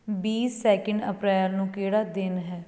ਵੀਹ second April ਨੂੰ ਕਿਹੜਾ ਦਿਨ ਹੈ